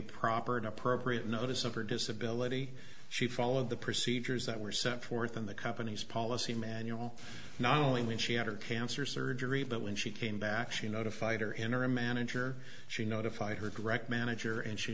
proper and appropriate notice of her disability she followed the procedures that were set forth in the company's policy manual not only when she had her cancer surgery but when she came back she notified her interim manager she notified her direct manager and she